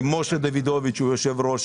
משה דוידוביץ יושב-ראש